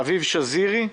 אביב שזירי,